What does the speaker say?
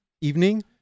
evening